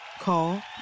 Call